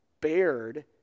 bared